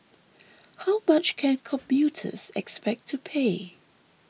how much can commuters expect to pay